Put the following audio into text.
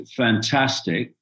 fantastic